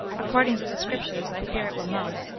according to the scriptures, i fear it will not,